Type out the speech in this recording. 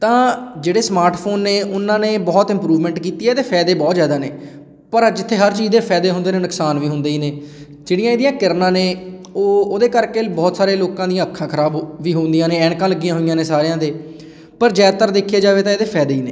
ਤਾਂ ਜਿਹੜੇ smart phone ਨੇ ਉਹਨਾਂ ਨੇ ਬਹੁਤ ਇੰਪਰੂਵਮੈਂਟ ਕੀਤੀ ਹੈ ਅਤੇ ਫਾਇਦੇ ਬਹੁਤ ਜ਼ਿਆਦਾ ਨੇ ਪਰ ਜਿੱਥੇ ਹਰ ਚੀਜ਼ ਦੇ ਫਾਇਦੇ ਹੁੰਦੇ ਨੇ ਨੁਕਸਾਨ ਵੀ ਹੁੰਦੇ ਹੀ ਨੇ ਜਿਹੜੀਆਂ ਇਹਦੀਆਂ ਕਿਰਨਾਂ ਨੇ ਉਹ ਉਹਦੇ ਕਰਕੇ ਬਹੁਤ ਸਾਰੇ ਲੋਕਾਂ ਦੀਆਂ ਅੱਖਾਂ ਖ਼ਰਾਬ ਵੀ ਹੁੰਦੀਆਂ ਨੇ ਐਨਕਾਂ ਲੱਗੀਆਂ ਹੋਈਆਂ ਨੇ ਸਾਰਿਆਂ ਦੇ ਪਰ ਜ਼ਿਆਦਾਤਰ ਦੇਖਿਆ ਜਾਵੇ ਤਾਂ ਇਹਦੇ ਫਾਇਦੇ ਹੀ ਨੇ